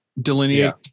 delineate